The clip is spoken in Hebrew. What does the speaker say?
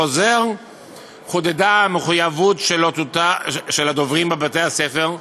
בחוזר חודדה המחויבות של הדוברים בבתי-הספר,